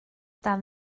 dan